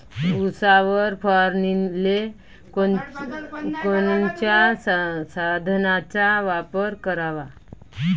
उसावर फवारनीले कोनच्या साधनाचा वापर कराव?